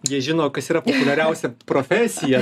jie žino kas yra populiariausia profesija